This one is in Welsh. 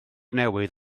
newydd